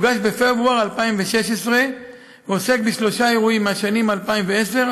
הוגש בפברואר 2016 ועוסק בשלושה אירועים מהשנים 2010,